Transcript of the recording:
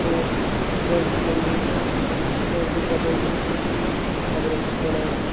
کٲشِر language منٛز کٲشِر زَبٲنۍ منٛز ہَسا چھِ یِم خَبرس وَنان اَسہِ